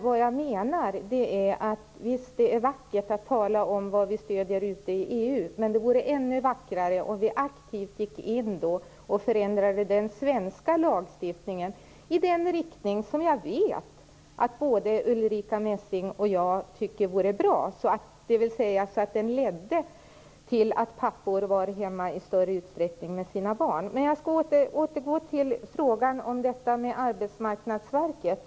Vad jag menar är: Visst är det vackert att tala om vad vi stöder ute i EU, men det vore ännu vackrare om vi aktivt gick in och förändrade den svenska lagstiftningen i den riktning som jag vet att både Ulrica Messing och jag tycker vore bra, nämligen så att den ledde till att pappor i större utsträckning var hemma med sina barn. Jag vill återgå till min fråga om Arbetsmarknadsverket.